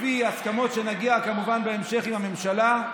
לפי הסכמות שנגיע, כמובן, בהמשך עם הממשלה.